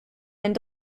and